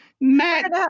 Matt